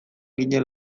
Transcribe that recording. ginen